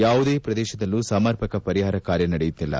ಯಾವುದೇ ಪ್ರದೇಶದಲ್ಲೂ ಸಮರ್ಪಕ ಪರಿಹಾರ ಕಾರ್ಯ ನಡೆಯುತ್ತಿಲ್ಲ